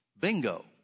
bingo